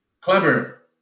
Clever